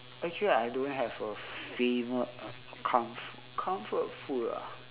actually I don't have a favourite uh comf~ comfort food ah